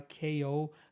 KO